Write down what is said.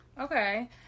Okay